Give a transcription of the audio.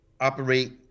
operate